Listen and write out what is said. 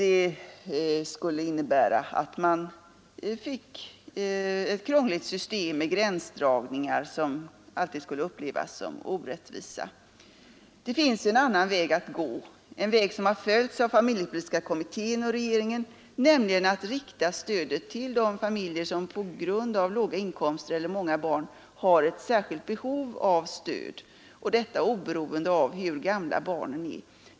Ett vårdnadsbidrag skulle alltså innebära ett krångligt system med gränsdragningar som alltid skulle upplevas som orättvisa. Det finns en annan väg att gå, den som har följts av familjepolitiska kommittén och regeringen, nämligen att rikta stödet till de familjer som på grund av låga inkomster eller många barn har ett särskilt behov av stöd oberoende av barnens ålder.